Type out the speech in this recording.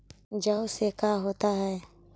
जौ से का होता है?